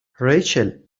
ریچل